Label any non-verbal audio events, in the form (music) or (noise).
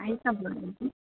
আহি চাব (unintelligible)